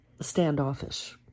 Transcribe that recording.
standoffish